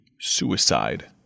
suicide